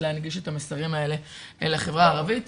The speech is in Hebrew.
להנגיש את המסרים האלה לחברה הערבית.